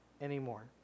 anymore